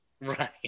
Right